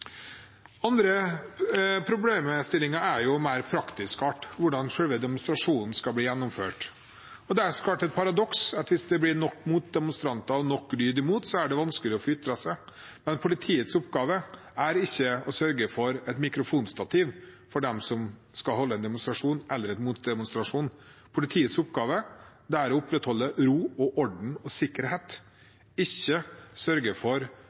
andre problemstillingen er av en mer praktisk art – hvordan selve demonstrasjonen skal bli gjennomført. Det er så klart et paradoks at hvis det blir nok motdemonstranter og nok lyd imot, er det vanskelig å få ytret seg, men politiets oppgave er ikke å sørge for et mikrofonstativ for dem som skal holde en demonstrasjon eller en motdemonstrasjon. Politiets oppgave er å opprettholde ro, orden og sikkerhet – ikke sørge for